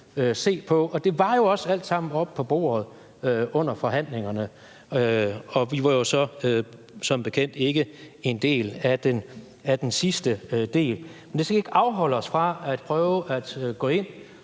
se på, og det var jo også alt sammen oppe på bordet under forhandlingerne. Vi var jo som bekendt ikke en del af den sidste del, men det skal ikke afholde os fra at prøve at gå ind